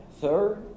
third